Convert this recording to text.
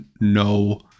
no